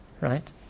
Right